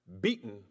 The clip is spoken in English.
beaten